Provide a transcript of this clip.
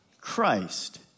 Christ